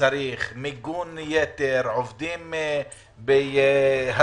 שצריך - מיגון יתר, עובדים בהסעות.